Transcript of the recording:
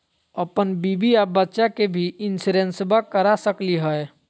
अपन बीबी आ बच्चा के भी इंसोरेंसबा करा सकली हय?